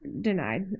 denied